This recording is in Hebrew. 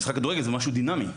משחק כדורגל הוא משהו דינמי.